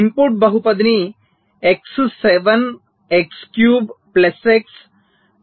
input బహుపదిని x 7 x cube plus x